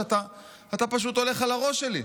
שאתה אתה פשוט הולך על הראש שלי?